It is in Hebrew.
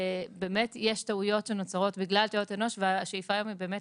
באמת יש טעויות שנוצרות בגלל טעויות אנוש והשאיפה היום היא באמת